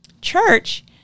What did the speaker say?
church